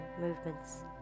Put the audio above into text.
movements